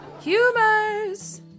Humors